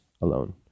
alone